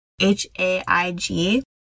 H-A-I-G